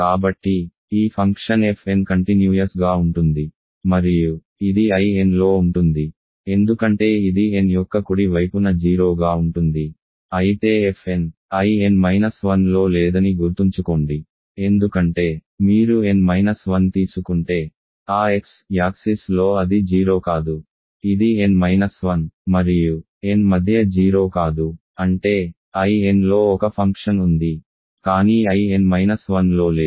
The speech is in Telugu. కాబట్టి ఈ ఫంక్షన్ fn కంటిన్యూయస్ గా ఉంటుంది మరియు ఇది In లో ఉంటుంది ఎందుకంటే ఇది n యొక్క కుడి వైపున 0 గా ఉంటుంది అయితే fn In 1 లో లేదని గుర్తుంచుకోండి ఎందుకంటే మీరు n మైనస్ 1 తీసుకుంటే ఆ x యాక్సిస్లో అది 0 కాదు ఇది n మైనస్ 1 మరియు n మధ్య 0 కాదు అంటే In లో ఒక ఫంక్షన్ ఉంది కానీ In 1 లో లేదు